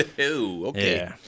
okay